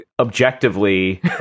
objectively